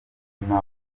ubuzima